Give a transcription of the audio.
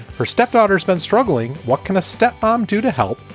her stepdaughter spent struggling. what can a step mom do to help?